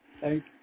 Thank